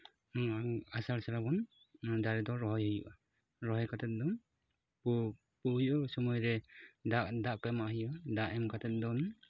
ᱟᱥᱟᱲ ᱥᱨᱟᱵᱚᱱ ᱫᱟᱨᱮ ᱫᱚ ᱨᱚᱦᱚᱭ ᱦᱩᱭᱩᱜᱼᱟ ᱨᱚᱦᱚᱭ ᱠᱟᱛᱮᱫ ᱫᱚ ᱯᱩ ᱦᱩᱭᱩᱜᱼᱟ ᱥᱚᱢᱚᱭ ᱨᱮ ᱫᱟᱜ ᱠᱚ ᱮᱢᱟᱜ ᱦᱩᱭᱩᱜᱼᱟ ᱫᱟᱜ ᱮᱢ ᱠᱟᱛᱮᱫ ᱫᱚ ᱩᱱᱤ